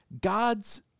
God's